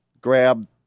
grab